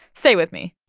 stay with me